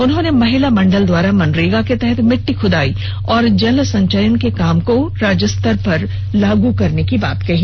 उन्होंने महिला मंडल द्वारा मनरेगा के तहत मिट्टी खुदाई और जल संचयन के काम को राज्यस्तर पर लागू करने की बात कही